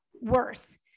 worse